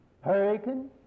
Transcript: hurricane